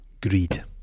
greed